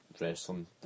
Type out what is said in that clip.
wrestling